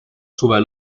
suve